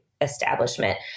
establishment